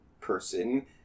person